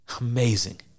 Amazing